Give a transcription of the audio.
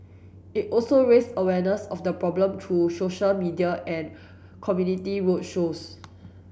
it also raised awareness of the problem through social media and community road shows